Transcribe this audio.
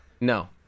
No